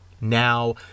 Now